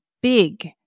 big